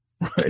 Right